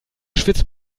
schwitzt